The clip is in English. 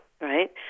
right